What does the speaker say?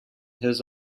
his